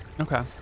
okay